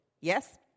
Yes